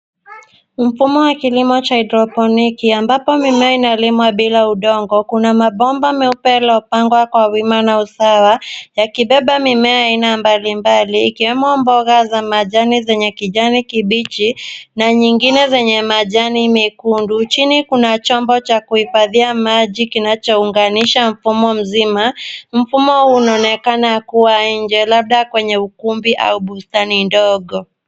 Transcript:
Mfumo wa kilimo cha haidroponiki ambapo mimea inalimwa bila udongo. Kuna mabomba meupe yaliyopangwa kwa wima na usawa yakibeba mimea aina mbalimbali ikiwemo mboga za majani zenye kijani kibichi na nyingine zenye majani mekundu. Chini kuna chombo cha kuhifadhia maji kinachounganisha mfumo mzima. Mfumo huu unaonekana kuwa nje labda kwenye ukumbi au bustani ndogo.